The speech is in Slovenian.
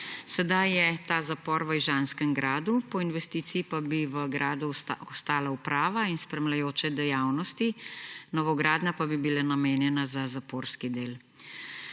Sedaj je ta zapor v ižanskem gradu, po investiciji pa bi v gradu ostale uprava in spremljajoče dejavnosti, novogradnja pa bi bila namenjena za zaporski del.